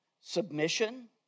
submission